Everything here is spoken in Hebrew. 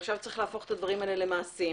עכשיו צריך להפוך את הדברים האלה למעשים,